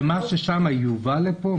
ומה ששם יובא לפה?